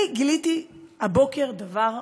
אני גיליתי הבוקר דבר,